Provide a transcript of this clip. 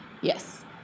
Yes